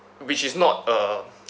which is not a